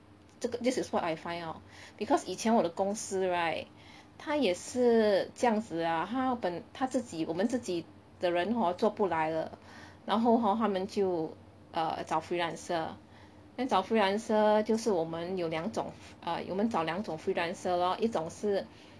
这个 this is what I find out because 以前我的公司 right 他也是这样子呀他本他自己我们自己的人 hor 做不来了然后 hor 他们就 err 找 freelancer then 找 freelancer 就是我们有两种 err 我们找两种 freelancer lor 一种是